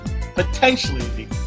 potentially